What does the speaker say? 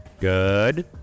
good